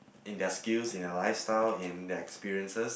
in their skills in their lifestyle in their experiences